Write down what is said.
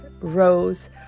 rose